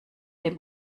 dem